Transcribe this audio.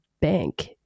bank